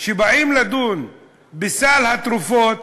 שבאים לדון בסל התרופות,